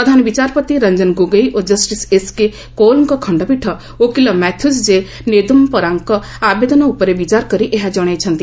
ପ୍ରଧାନ ବିଚାରପତି ରଞ୍ଜନ ଗୋଗୋଇ ଓ justice S K କଉଲଙ୍କ ଖଣ୍ଡପୀଠ ଓକିଲ ମାଥ୍ର୍ୟଜ ଜେ ନେଦୁମପରାଙ୍କ ଆବେଦନ ଉପରେ ବିଚାର କରି ଏହା ଜଣାଇଛନ୍ତି